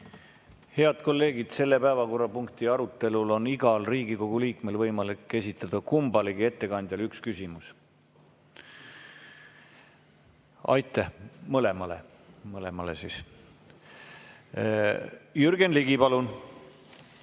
Head kolleegid! Selle päevakorrapunkti arutelul on igal Riigikogu liikmel võimalik esitada kummalegi ettekandjale üks küsimus. Mõlemale. Jürgen Ligi, palun!